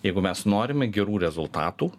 jeigu mes norime gerų rezultatų